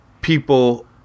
people